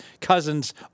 Cousins